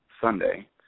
Sunday